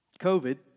COVID